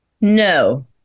No